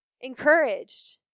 Encouraged